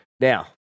Now